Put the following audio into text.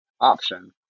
option